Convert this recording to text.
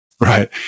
right